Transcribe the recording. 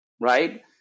right